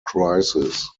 crisis